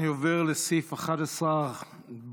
אני עובר לסעיף 11 בחוק.